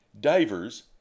Divers